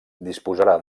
disposarà